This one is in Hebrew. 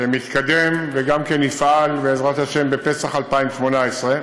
שמתקדם וגם כן יפעל, בעזרת השם, בפסח 2018,